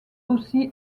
aussi